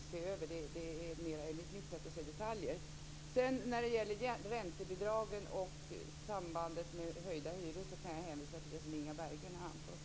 Det är mer detaljer, enligt mitt sätt att se. När det gäller räntebidragen och sambandet med höjda hyror kan jag hänvisa till det som Inga Berggren har anfört.